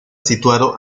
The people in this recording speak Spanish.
situado